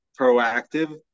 proactive